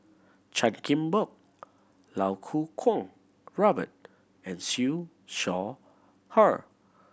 Chan Chin Bock Iau Kuo Kwong Robert and Siew Shaw Her